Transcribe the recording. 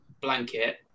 blanket